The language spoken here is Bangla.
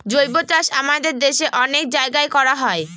জৈবচাষ আমাদের দেশে অনেক জায়গায় করা হয়